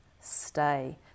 stay